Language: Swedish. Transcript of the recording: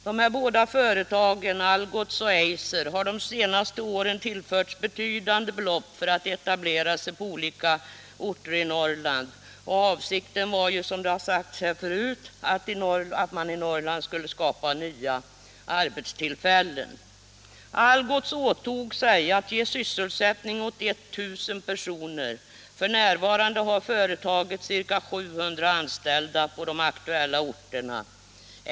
De båda företagen, Algots och Eiser, har de senaste åren tillförts betydande belopp för att etablera sig på olika orter i Norrland. Avsikten var, som redan framhållits här, att det i Norrland skulle skapas nya arbetstillfällen. Algots åtog sig att ge sysselsättning åt 1000 personer. F. n. har företaget ca 700 anställda på de aktuella orterna.